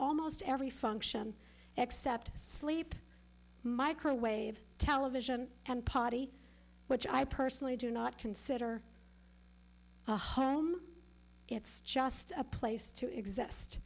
almost every function except sleep microwave television and potty which i personally do not consider the harm it's just a place to exist